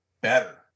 better